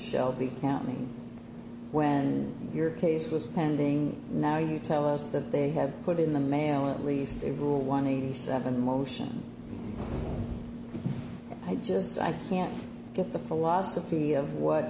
shelby county when your case was pending now you tell us that they have put in the mail at least a rule one eighty seven motion i just i can't get the philosophy of what